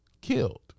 killed